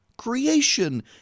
Creation